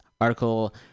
article